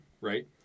right